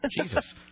Jesus